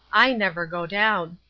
i never go down.